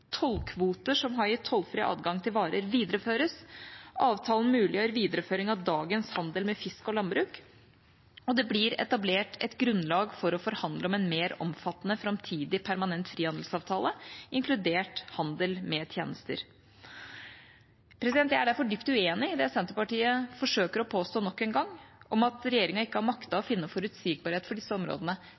Tollkvoter som har gitt tollfri adgang til varer, videreføres. Avtalen muliggjør videreføring av dagens handel med fisk og landbruk, og det blir etablert et grunnlag for å forhandle om en mer omfattende framtidig permanent frihandelsavtale, inkludert handel med tjenester. Jeg er derfor dypt uenig i det Senterpartiet forsøker å påstå – nok en gang – om at regjeringa ikke har maktet å finne forutsigbarhet for disse områdene.